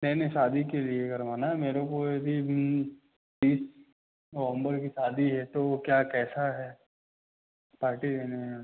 नहीं नहीं शादी के लिए करवाना है मेरे को तो यदि तीस नवंबर की शादी है तो वो क्या कैसा है पार्टी देनी हैं